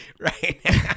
right